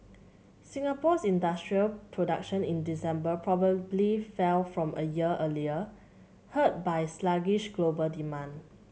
Singapore's industrial production in December probably fell from a year earlier hurt by sluggish global demand